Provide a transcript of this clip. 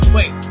Wait